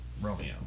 Romeo